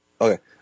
Okay